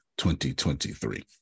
2023